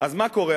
אז מה קורה?